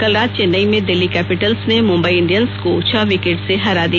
कल रात चेन्नई में दिल्ली केपिटल्स ने मुंबई इंडियन्स को छह विकेट से हरा दिया